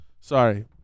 Sorry